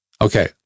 Okay